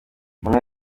umuntu